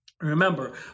remember